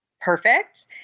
perfect